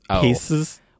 pieces